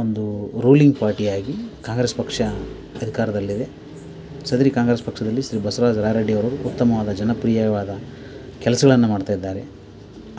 ಒಂದು ರೂಲಿಂಗ್ ಪಾರ್ಟಿಯಾಗಿ ಕಾಂಗ್ರೆಸ್ ಪಕ್ಷ ಸರ್ಕಾರದಲ್ಲಿದೆ ಸದರಿ ಕಾಂಗ್ರೆಸ್ ಪಕ್ಷದಲ್ಲಿ ಶ್ರೀ ಬಸವರಾಜ್ ರಾಯ್ ರೆಡ್ಡಿಯವರು ಉತ್ತಮವಾದ ಜನಪ್ರಿಯವಾದ ಕೆಲಸಗಳನ್ನ ಮಾಡ್ತಾಯಿದ್ದಾರೆ